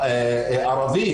לא רק לימודי השפה הערבית,